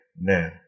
now